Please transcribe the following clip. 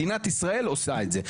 מדינת ישראל עושה את זה?